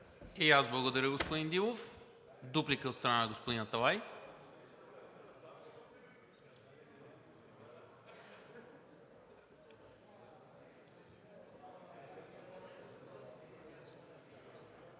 И аз благодаря, господин Дилов. Дуплика от страна на господин Аталай.